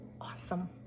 awesome